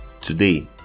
Today